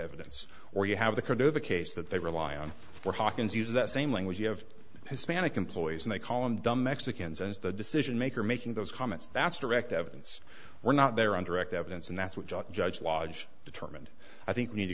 evidence or you have the courage of a case that they rely on for hawkins use that same language you have hispanic employees and they call him dumb mexicans and the decision maker making those comments that's direct evidence were not there on direct evidence and that's what judge judge lodge determined i think need to